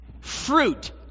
fruit